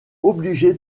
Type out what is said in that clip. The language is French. obligé